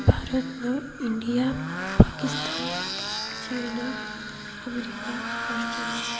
ଭାରତ ନ India Pakistan China America Australia